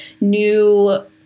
new